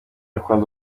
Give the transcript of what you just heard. ikunda